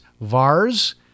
VARS